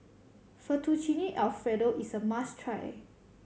Fettuccine Alfredo is a must try